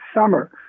summer